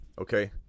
Okay